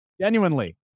Genuinely